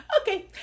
Okay